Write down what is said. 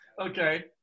Okay